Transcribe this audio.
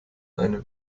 einem